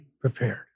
prepared